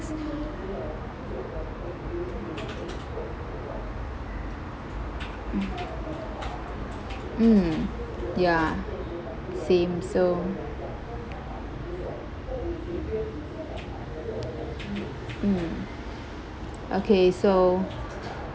mm ya same so mm okay so